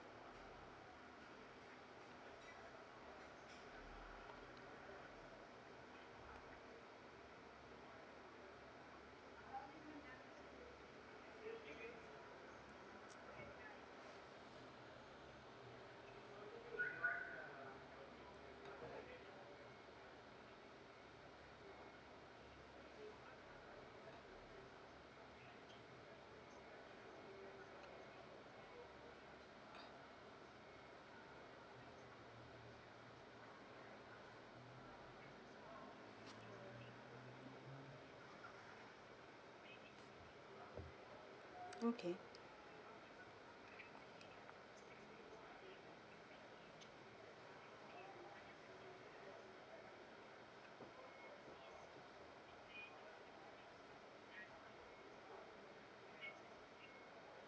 okay